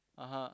(uh huh)